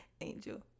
Angel